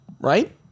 right